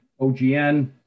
OGN